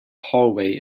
hallway